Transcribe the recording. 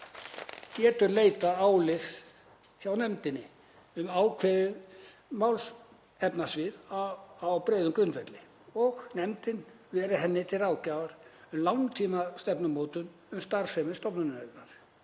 getur leitað álits hjá nefndinni um ákveðin málefnasvið á breiðum grundvelli og nefndin verið henni til ráðgjafar um langtímastefnumótun um starfsemi stofnunarinnar.